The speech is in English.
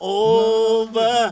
over